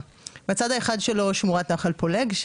בצד האחד שלו, שמורת נחל פולג.